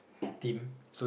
team